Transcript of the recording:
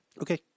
Okay